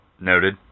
Noted